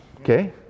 okay